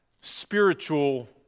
spiritual